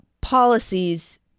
policies